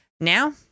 Now